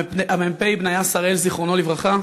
המ"פ בניה שראל, זיכרונו לברכה,